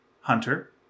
hunter